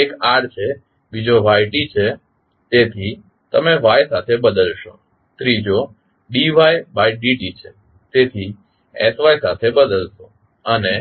એક R છે બીજો yછે તેથી તમેYસાથે બદલાશો ત્રીજોdytdtછે તેથી sYસાથે બદલશો અને